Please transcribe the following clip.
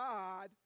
God